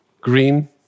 green